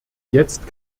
jetzt